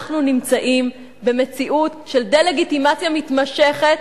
אנחנו נמצאים במציאות של דה-לגיטימציה מתמשכת,